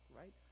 right